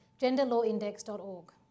Genderlawindex.org